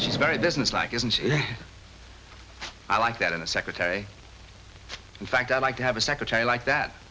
she's very businesslike isn't she i like that in a secretary in fact i'd like to have a secretary like that